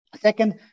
Second